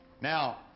Now